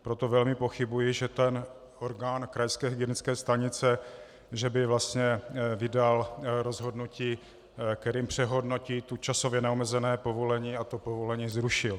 Proto velmi pochybuji, že orgán krajské hygienické stanice by vlastně vydal rozhodnutí, kterým přehodnotí to časově neomezené povolení, a to povolení zrušil.